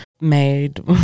made